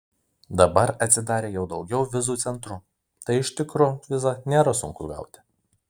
dabar atsidarė jau daugiau vizų centrų tai iš tikro vizą nėra sunku gauti